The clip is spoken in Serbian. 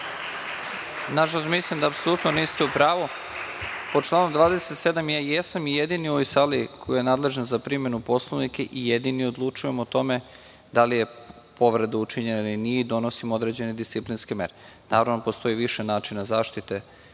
Nažalost, mislim da apsolutno niste u pravu. Po članu 27. ja jesam i jedini u ovoj sali, koji je nadležan za primenu Poslovnika i jedini odlučujem o tome da li je povreda učinjena ili nije i donosim određene disciplinske mere. Naravno, postoji više načina zaštite